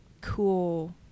cool